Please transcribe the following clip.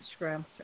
Instagram